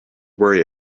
worry